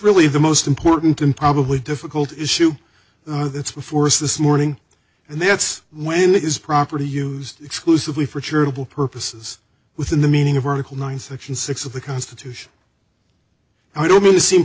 really the most important and probably difficult issue that's before us this morning and that's when it is properly used exclusively for charitable purposes within the meaning of article one section six of the constitution i don't mean to seem